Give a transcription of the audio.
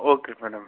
okay madam